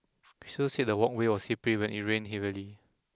he also said the walkway was slippery when it rained heavily